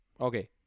Okay